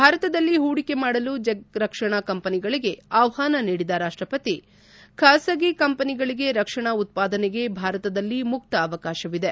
ಭಾರತದಲ್ಲಿ ಹೂಡಿಕೆ ಮಾಡಲು ಚೆಕ್ ರಕ್ಷಣಾ ಕಂಪೆನಿಗಳಿಗೆ ಆಹ್ನಾನ ನೀಡಿದ ರಾಷ್ಷಪತಿ ಖಾಸಗಿ ಕಂಪೆನಿಗಳಿಗೆ ರಕ್ಷಣಾ ಉತ್ಪಾದನೆಗೆ ಭಾರತದಲ್ಲಿ ಮುಕ್ತ ಅವಕಾಶವಿದೆ